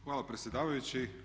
Hvala predsjedavajući.